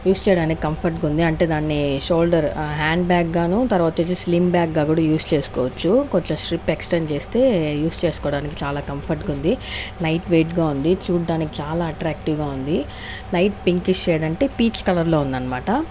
use చేయడానికి comfort గా ఉంది అంటే దాన్ని షోల్డర్ హ్యాండ్ బ్యాగ్ గాను తర్వాత వచ్చి స్లిమ్ బ్యాగ్ గా కూడా యూస్ చేసుకోవచ్చు కొంచెం స్ట్రిప్ ఎక్స్టెండ్ చేస్తే యూస్ చేసుకోవడానికి చాలా కంఫర్ట్ గా ఉంది లైట్ వెయిట్ గా ఉంది చూడ్డానికి చాలా అట్రాక్టివ్గా ఉంది లైట్ పింకిష్ షేడ్ అంటే పీచ్ కలర్ లో ఉందన్నమాట